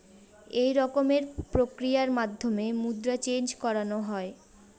এক রকমের প্রক্রিয়ার মাধ্যমে মুদ্রা চেন্জ করানো হয়